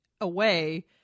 away